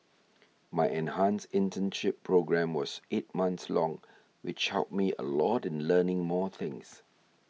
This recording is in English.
my enhanced internship programme was eight months long which helped me a lot in learning more things